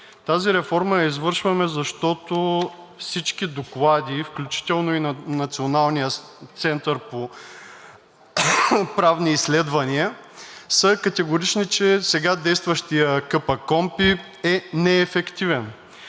Тази реформа я извършваме, защото всички доклади, включително и на Националния център по правни изследвания, са категорични, че сега действащият КПКОНПИ е неефективен.